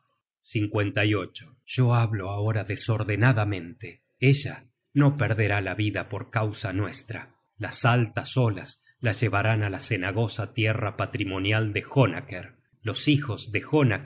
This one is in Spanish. su primer marido yo hablo ahora desordenadamente ella no perderá la vida por causa nuestra las altas olas la llevarán á la cenagosa tierra patrimonial de jonaker los hijos de jonaker